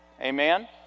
Amen